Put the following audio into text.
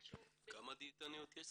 כמה דיאטניות יש?